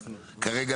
כרגע,